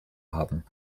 haben